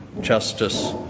justice